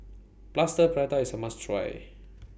Plaster Prata IS A must Try